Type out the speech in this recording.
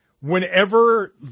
whenever